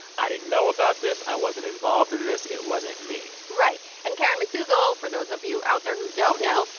i didn't know about this. i wasn't involved in this. it wasn't me right. and karen mcdougal, for those of you out there who don't know,